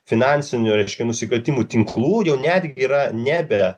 finansinių reiškia nusikaltimų tinklų jau netgi yra nebe